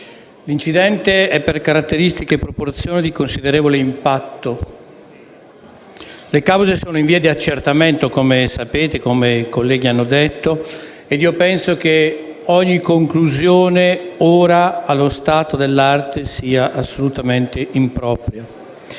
L'incidente è per caratteristiche e proporzioni di considerevole impatto. Le cause sono in via di accertamento, come i colleghi hanno detto; penso che ogni conclusione ora, allo stato dell'arte, sia assolutamente impropria.